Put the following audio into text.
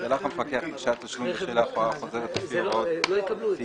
שלח המפקח דרישת תשלום בשל הפרה חוזרת על פי הוראות סעיף 76,